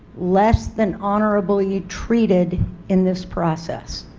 less than honorably treated in this process.